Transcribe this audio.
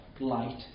light